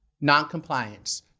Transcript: Noncompliance